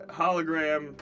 hologram